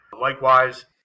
Likewise